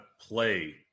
play